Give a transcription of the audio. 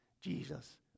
Jesus